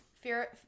fear